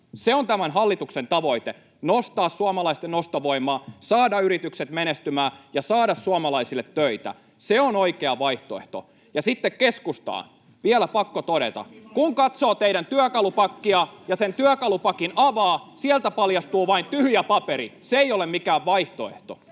Se on tämän hallituksen tavoite: nostaa suomalaisten ostovoimaa, saada yritykset menestymään ja saada suomalaisille töitä. Se on oikea vaihtoehto. Ja sitten keskustaan: [Antti Kurvinen: Nimi mainittu! — Naurua] Vielä pakko todeta: Kun katsoo teidän työkalupakkianne ja sen työkalupakin avaa, sieltä paljastuu vain tyhjä paperi. Se ei ole mikään vaihtoehto.